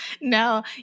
No